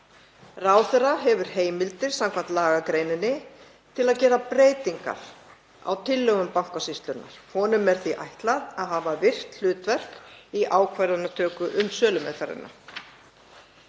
Ráðherra hefur heimildir samkvæmt lagagreininni til að gera breytingar á tillögum Bankasýslunnar. Honum er því ætlað að hafa virkt hlutverk í ákvarðanatöku um sölumeðferðina.